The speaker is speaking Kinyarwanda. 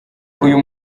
uyu